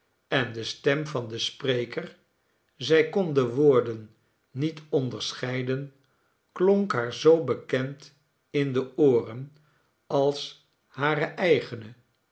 en de stem van den spreker zij kon de woorden niet onderscheiden klonk haar zoo bekend in de ooren als hare eigene